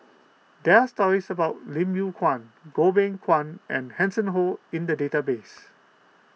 there are stories about Lim Yew Kuan Goh Beng Kwan and Hanson Ho in the database